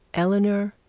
eleanor,